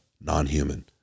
non-human